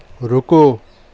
رکو